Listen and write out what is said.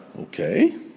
Okay